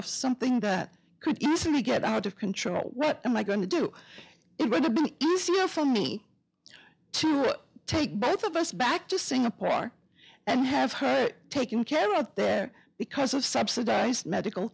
of something that could easily get out of control what am i going to do for me to take both of us back to singapore and have her taken care of there because of subsidized medical